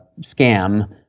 scam